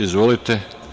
Izvolite.